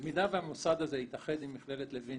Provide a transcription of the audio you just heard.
במידה והמוסד הזה יתאחד עם מכללת לוינסקי,